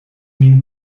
min